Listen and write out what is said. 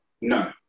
no